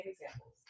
examples